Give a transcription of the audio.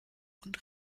und